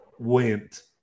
Went